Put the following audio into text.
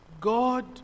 God